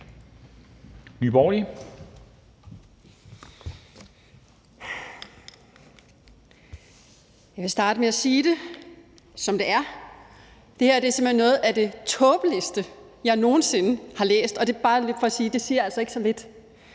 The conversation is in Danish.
Thiesen (NB): Jeg kan starte med at sige det, som det er, altså at det her simpelt hen er noget af det tåbeligste, jeg nogen sinde har læst, og det er bare for at sige, er det altså ikke siger